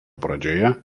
pradžioje